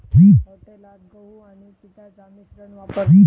हॉटेलात गहू आणि पिठाचा मिश्रण वापरतत